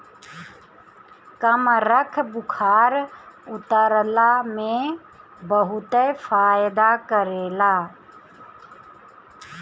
कमरख बुखार उतरला में बहुते फायदा करेला